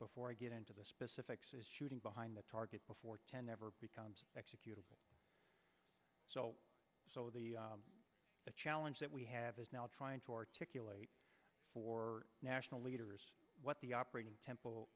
before i get into the specifics is shooting behind the target before ten ever becomes executed so so the the challenge that we have is now trying to articulate for national leaders what the operating temple